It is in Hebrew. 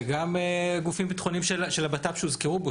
וגם גופים ביטחוניים של הבט"פ שהוזכרו פה,